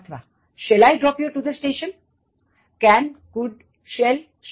અથવા Shall I drop you to the station